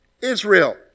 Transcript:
Israel